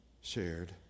shared